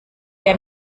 der